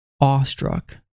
awestruck